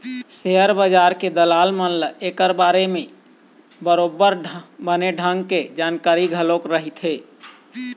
share बजार के दलाल मन ल ऐखर बारे म बरोबर बने ढंग के जानकारी घलोक रहिथे